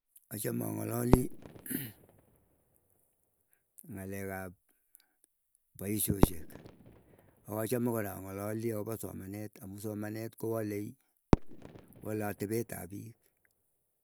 Achame ang'alali ng'alek ap, paisyosyek. Akachame kora ang'alalii akopa somsnet kowalei, wale atepet ap piik.